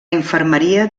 infermeria